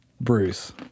Bruce